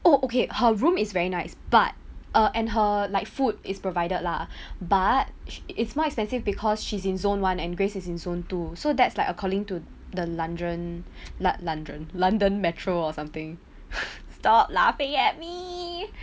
oh okay her room is very nice but uh and her like food is provided lah but it's more expensive because she's in zone one and grace is in zone two so that's like according to the london london london metro or something stop laughing at me